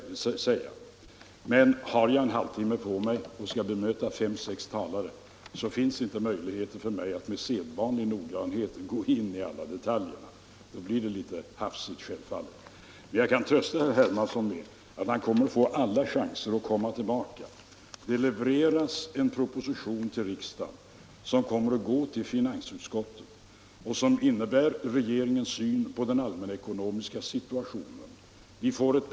Har jag en halvtimme på mig för att bemöta fem sex talare, finns det inte möjlighet för mig att med sedvanlig noggrannhet gå in i alla detaljer, utan då blir svaret självfallet litet hafsigt. Jag kan emellertid trösta herr Hermansson med att han kommer att få alla chanser att komma tillbaka. Det levereras en proposition till riksdagen. Den innehåller regeringens syn på den allmänekonomiska situationen och kommer att gå till finansutskottet.